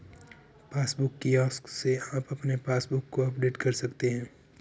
passbook kiosk से आप अपने पासबुक को अपडेट कर सकते हैं